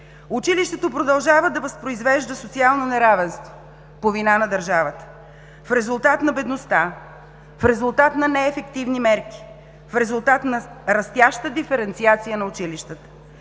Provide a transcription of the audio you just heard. Училището продължава да възпроизвежда социално неравенство по вина на държавата. В резултат на бедността, в резултат на неефективни мерки, в резултат на растяща диференциация на училищата